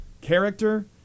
character